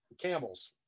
camels